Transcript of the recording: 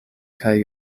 kaj